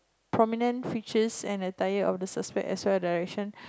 prominent features and attire of the suspect as well direction